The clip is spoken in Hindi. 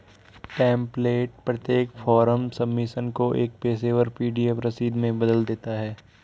टेम्प्लेट प्रत्येक फॉर्म सबमिशन को एक पेशेवर पी.डी.एफ रसीद में बदल देता है